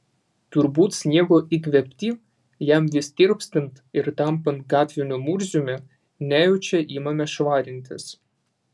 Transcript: turbūt sniego įkvėpti jam vis tirpstant ir tampant gatviniu murziumi nejučia imame švarintis